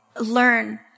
learn